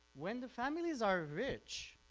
when the families are rich,